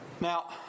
Now